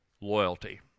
loyalty